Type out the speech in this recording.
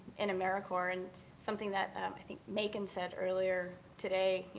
in americorps and something that i think macon said earlier today.